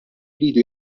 jridu